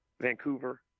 Vancouver